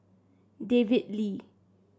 David Lee